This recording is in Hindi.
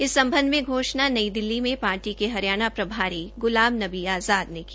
इस समबध में घोषणा नई दिल्ली में पार्टी के हरियाण प्रभारी गुलाम नबी आज़ाद ने की